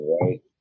Right